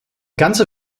ganze